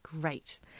Great